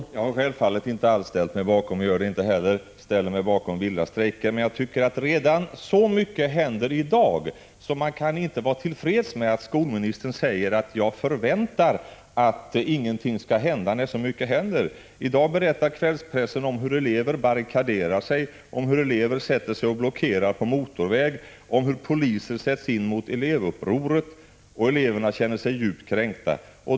Herr talman! Jag har självfallet inte alls ställt mig bakom vilda strejker — och jag gör det inte heller — men jag tycker att så mycket händer redan i dag att man inte kan vara till freds med att skolministern säger att han förväntar sig att ingenting skall hända. I dag berättar kvällspressen om hur elever barrikaderar sig, hur elever sätter sig och blockerar motorvägar, hur poliser sätts in mot elevupproret och hur eleverna känner sig djupt kränkta.